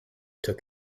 took